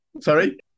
Sorry